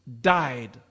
died